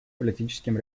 политическим